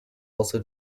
also